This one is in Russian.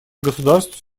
государств